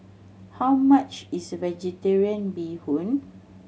how much is Vegetarian Bee Hoon